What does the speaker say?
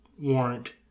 warrant